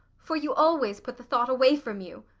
for you always put the thought away from you